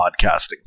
Podcasting